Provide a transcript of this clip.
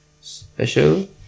special